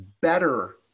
better